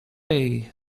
jej